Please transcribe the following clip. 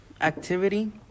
activity